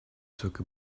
took